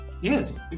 Yes